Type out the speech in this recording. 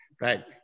Right